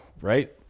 right